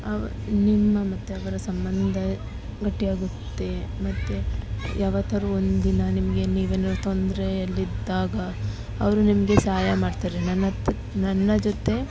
ಅವ ನಿಮ್ಮ ಮತ್ತು ಅವರ ಸಂಬಂಧ ಗಟ್ಟಿಯಾಗುತ್ತೆ ಮತ್ತು ಯಾವತ್ತಾರು ಒಂದಿನ ನಿಮಗೆ ನೀವೇನಾದರು ತೊಂದರೆಯಲ್ಲಿದ್ದಾಗ ಅವರು ನಿಮಗೆ ಸಹಾಯ ಮಾಡ್ತಾರೆ ನನ್ನ ತ ನನ್ನ ಜೊತೆ